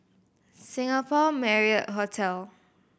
Singapore Marriott Hotel